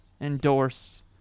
endorse